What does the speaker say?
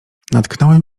natknąłem